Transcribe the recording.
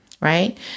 Right